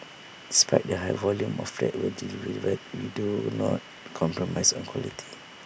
despite the high volume of flats we we do not compromise on quality